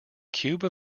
cube